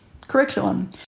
curriculum